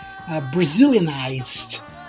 Brazilianized